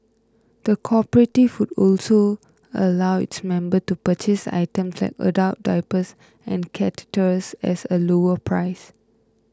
the cooperative would also allow its member to purchase items like adult diapers and catheters as a lower price